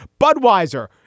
Budweiser